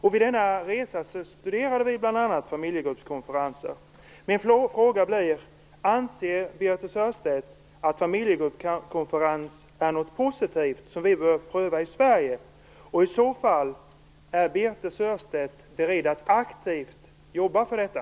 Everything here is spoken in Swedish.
Vid denna resa studerade vi bl.a. familjegruppskonferenser. Min fråga blir: Anser Birthe Sörestedt att familjegruppskonferenser är något positivt som vi bör pröva i Sverige? I så fall, är Birthe Sörestedt beredd att aktivt jobba för detta?